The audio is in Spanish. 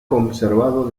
conservado